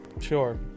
sure